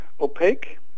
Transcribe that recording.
opaque